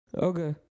Okay